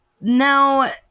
Now